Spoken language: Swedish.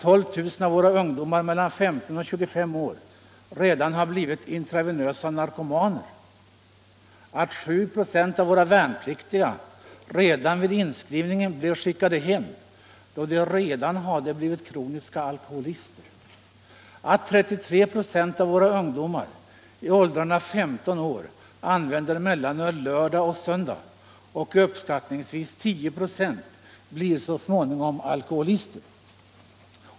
12 000 av våra ungdomar mellan 15 och 25 år har redan blivit intravenösa narkomaner. 7 96 av våra värnpliktiga blev hemskickade vid inskrivningen, då de redan hade blivit kroniska alkoholister. 33 96 av våra ungdomar i 15-årsåldern använde mellanöl lördag och söndag. Uppskattningsvis 10 96 blir så småningom alkoholister.